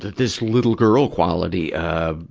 this little girl quality, ah,